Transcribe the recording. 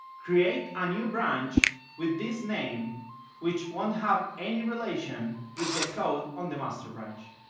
create a new branch with this name which won't have any relation with the code on the master branch